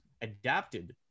adapted